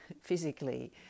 physically